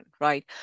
right